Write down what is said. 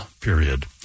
period